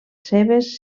seves